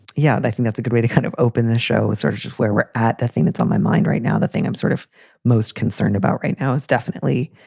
yeah, i think that's a good way to kind of open the show with sort of just where we're at. the thing that's on my mind right now, the thing i'm sort of most concerned about right now is definitely